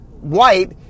white